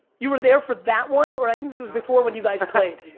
you were there for that one, or i think this was before when you guys played.